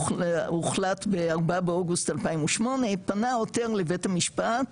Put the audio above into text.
שהוחלט ב- 4 באוגוסט 2008, פנה העותר לבית המשפט,